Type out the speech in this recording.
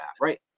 right